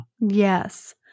Yes